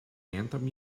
anthem